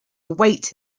await